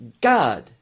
God